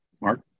Mark